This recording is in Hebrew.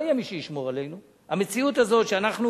לא יהיה מי שישמור עלינו.